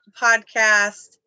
podcast